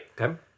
Okay